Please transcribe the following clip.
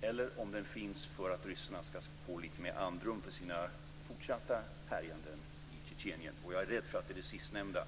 eller om den finns för att ryssarna ska få lite mer andrum för sina fortsatta härjningar i Tjetjenien - jag är rädd för att det är det sistnämnda.